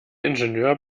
ingenieur